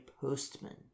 postman